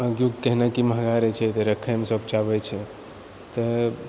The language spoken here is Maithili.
केहनाकि महँगा रहैत छै तऽ रखएमे सब चाहबै छै तऽ